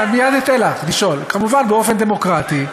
אני מייד אתן לך לשאול כמובן באופן דמוקרטי,